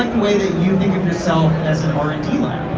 way that you think of yourself as an r and d lab.